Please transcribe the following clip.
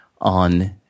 on